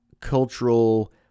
cultural